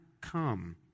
come